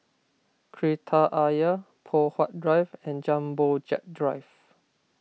Kreta Ayer Poh Huat Drive and Jumbo Jet Drive